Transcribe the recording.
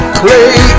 clay